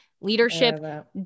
Leadership